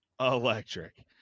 electric